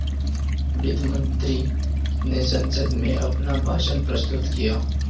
वित्त मंत्री ने संसद में अपना भाषण प्रस्तुत किया